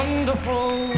Wonderful